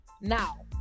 now